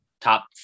top